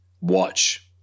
watch